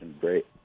Great